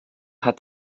hat